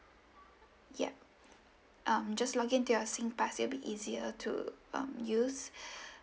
yup um just login to your singpass it'll be easier to um use